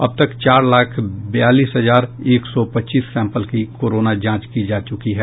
अब तक चार लाख बयालीस हजार एक सौ पच्चीस सैंपल की कोरोना जांच की जा चूकी है